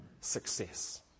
success